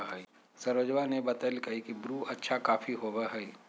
सरोजवा ने बतल कई की ब्रू अच्छा कॉफी होबा हई